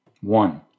One